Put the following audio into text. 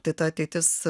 tai ta ateitis